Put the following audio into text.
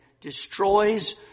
destroys